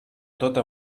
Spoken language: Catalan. tota